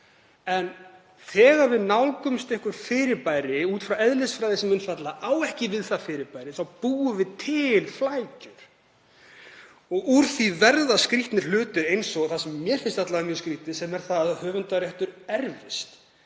En þegar við nálgumst fyrirbæri út frá eðlisfræði sem á einfaldlega ekki við það fyrirbæri búum við til flækjur og úr því verða skrýtnir hlutir, eins og það sem mér finnst mjög skrýtið, þ.e. að höfundaréttur erfist,